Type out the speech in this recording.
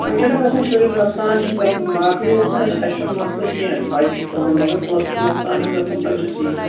وۅنۍ چھُنا گَژھان شُرِس نۅقصان چھُ گَژھان باقٕے اوس نہٕ اَسہِ اَسہِ چھُنہٕ مَسلہٕ کیٚنٛہہ بَچہِ چھُ تُہُنٛد مَگر پونٛسن ہُنٛد نۅقصان چھُ گژھان بَچس یی